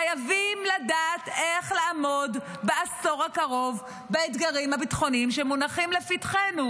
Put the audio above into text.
חייבים לדעת איך לעמוד בעשור הקרוב באתגרים הביטחוניים שמונחים לפתחנו,